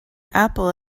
apple